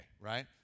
right